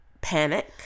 panic